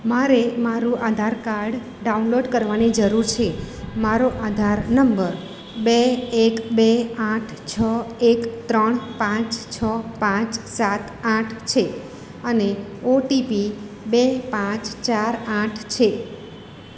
મારે મારું Aadhaar card download કરવાની જરૂર છે મારો આધાર નંબર બે એક બે આઠ છ એક ત્રણ પાંચ છ પાંચ સાત આઠ છે અને ઓટીપી બે પાંચ ચાર આઠ છે